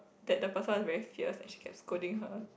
that the person was very fierce and she kept scolding her